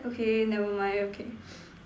okay never mind okay